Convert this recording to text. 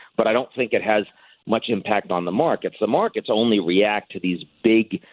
but i don't think it has much impact on the markets. the markets only react to these big,